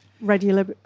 regular